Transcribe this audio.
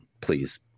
please